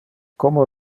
como